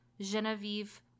Genevieve